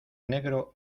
negro